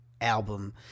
album